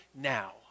now